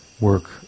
work